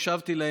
הקשבתי להם,